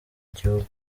gihugu